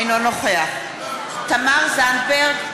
אינו נוכח תמר זנדברג,